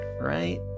right